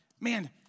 Man